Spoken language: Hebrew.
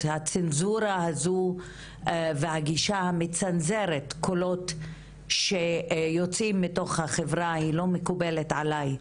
הצנזורה הזאת והגישה המצנזרת קולות שיוצאים מתוך החברה היא לא מקובלת עלי.